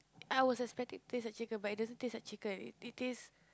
I was expecting it to taste like chicken but it doesn't taste like chicken it taste